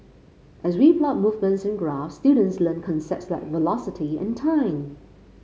as we plot movement in graphs students learn concepts like velocity and time